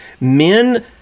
Men